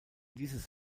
dieses